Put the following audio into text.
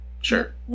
Sure